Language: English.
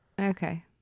Okay